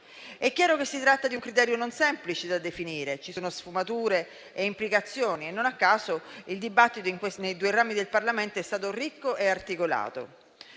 È chiaro che si tratta di un criterio non semplice da definire: ci sono sfumature e implicazioni e, non a caso, il dibattito nei due rami del Parlamento è stato ricco e articolato,